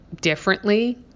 differently